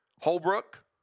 Holbrook